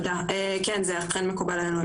זה אכן מקובל עלינו,